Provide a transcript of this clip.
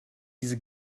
diese